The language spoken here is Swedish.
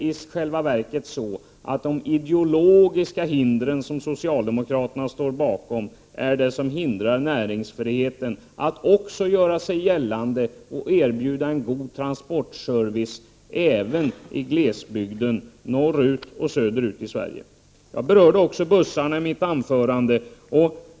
I själva verket är de ideolo giska hinder som socialdemokraterna ställer upp det som står i vägen för att näringsfriheten skall kunna göra sig gällande och erbjuda en god transportservice även i glesbygden, norrut och söderut, i Sverige. Jag berörde också bussarna i mitt huvudanförande.